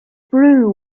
brew